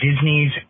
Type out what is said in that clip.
Disney's